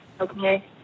okay